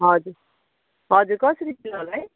हजुर हजुर कसरी किलो होला है